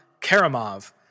Karamov